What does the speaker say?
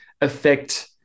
affect